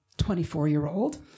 24-year-old